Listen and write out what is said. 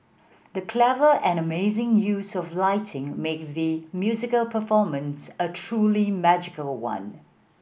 the clever and amazing use of lighting made the musical performance a truly magical one